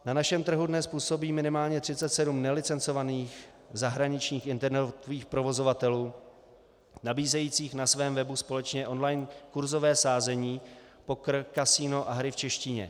Na našem trhu dnes působí minimálně 37 nelicencovaných zahraničních internetových provozovatelů nabízejících na svém webu společně online kurzové sázení, poker, kasino a hry v češtině.